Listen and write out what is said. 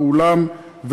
באולם,